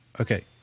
okay